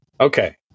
Okay